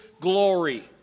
glory